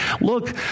look